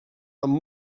amb